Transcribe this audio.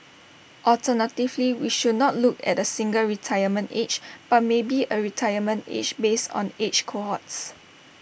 alternatively we should not look at A single retirement age but maybe A retirement age based on age cohorts